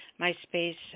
myspace